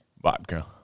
Vodka